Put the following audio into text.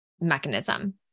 mechanism